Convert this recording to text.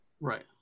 Right